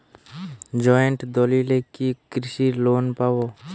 Joint দলিলে কি কৃষি লোন পাব?